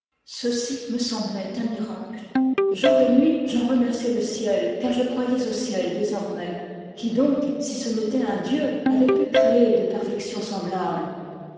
ceci me semblait un miracle jour et nuit j'en remerciais le ciel car je croyais au ciel désormais qui donc si ce n'était un dieu avait pu créer des perfections semblables